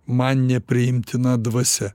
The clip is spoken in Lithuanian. man nepriimtina dvasia